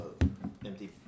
empty